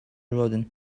rodin